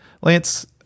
Lance